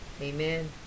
Amen